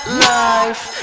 life